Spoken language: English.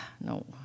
no